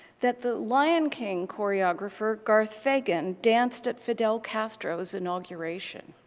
that the lion king choreographer, garth fagan danced at fidel castro's inauguration?